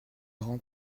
grand